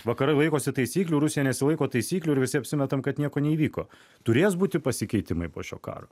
vakarai laikosi taisyklių rusija nesilaiko taisyklių ir visi apsimetam kad nieko neįvyko turės būti pasikeitimai po šio karo